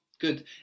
Good